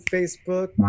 Facebook